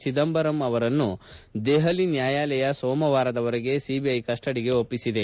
ಚಿದಂಬರಂ ಅವರನ್ನು ದೆಪಲಿ ನ್ಯಾಯಾಲಯ ಸೋಮವಾರದವರೆಗೆ ಸಿಬಿಐ ಕಸ್ಪಡಿಗೆ ಒಪ್ಪಿಸಿದೆ